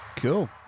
Cool